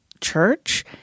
church